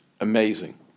Amazing